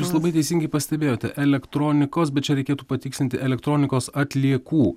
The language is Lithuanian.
jūs labai teisingai pastebėjote elektronikos bet čia reikėtų patikslinti elektronikos atliekų